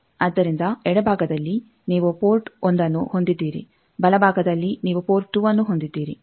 ಆದ್ದರಿಂದ ಎಡಭಾಗದಲ್ಲಿ ನೀವು ಪೋರ್ಟ್ 1 ಅನ್ನು ಹೊಂದಿದ್ದೀರಿ ಬಲಭಾಗದಲ್ಲಿ ನೀವು ಪೋರ್ಟ್ 2ಅನ್ನು ಹೊಂದಿದ್ದೀರಿ